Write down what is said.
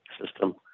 system